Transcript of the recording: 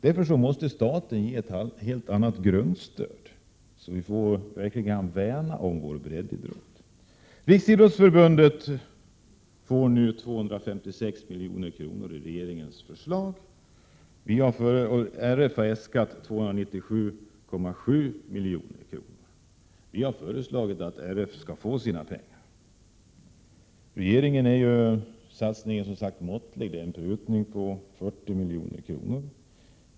Därför måste staten ge ett helt annat grundstöd, så att vi verkligen kan värna om vår breddidrott. Riksidrottsförbundet får nu enligt regeringens förslag ett bidrag om 256 milj.kr. RF har äskat 297,7 milj.kr. Vii vpk har föreslagit att RF skall få sina pengar. Regeringens satsning är som sagt måttlig. Det är fråga om en prutning med 40 milj.kr.